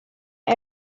him